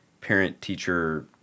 parent-teacher